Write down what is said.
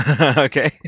Okay